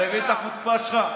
אתה מבין את החוצפה שלך?